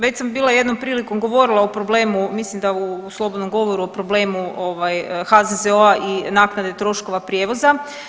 Već sam bila jednom prilikom govorila o problemu, mislim da u slobodnom govoru o problemu ovaj HZZO-a i naknade troškova prijevoza.